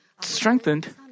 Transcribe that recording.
strengthened